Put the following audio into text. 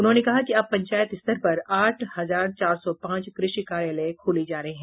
उन्होंने कहा कि अब पंचायत स्तर पर आठ हजार चार सौ पांच कृषि कार्यालय खोले जा रहे हैं